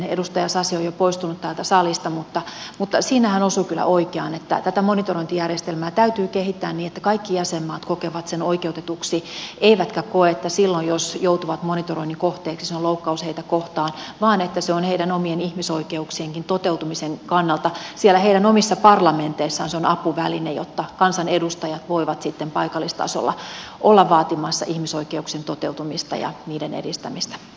edustaja sasi on jo poistunut täältä salista mutta siinä hän osui kyllä oikeaan että tätä monitorointijärjestelmää täytyy kehittää niin että kaikki jäsenmaat kokevat sen oikeutetuksi eivätkä koe että silloin jos joutuvat monitoroinnin kohteeksi se on loukkaus heitä kohtaan vaan että se on heidän omien ihmisoikeuksienkin toteutumisen kannalta siellä heidän omissa parlamenteissaan apuväline jotta kansanedustajat voivat sitten paikallistasolla olla vaatimassa ihmisoikeuksien toteutumista ja niiden edistämistä